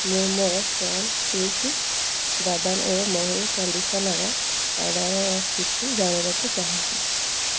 ମୁଁ ମୋ ସନସିଲ୍କ୍ ବାଦାମ ଓ ମହୁ କଣ୍ଡିସନର୍ ଅର୍ଡ଼ର୍ର ସ୍ଥିତି ଜାଣିବାକୁ ଚାହୁଁଛି